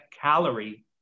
calorie